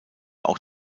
auch